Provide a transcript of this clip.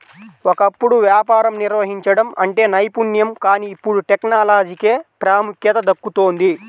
ఒకప్పుడు వ్యాపారం నిర్వహించడం అంటే నైపుణ్యం కానీ ఇప్పుడు టెక్నాలజీకే ప్రాముఖ్యత దక్కుతోంది